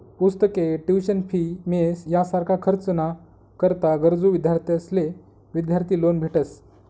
पुस्तके, tuition fee, mess यासारखा खर्च ना करता गरजू विद्यार्थ्यांसले विद्यार्थी लोन भेटस